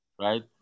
right